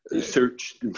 search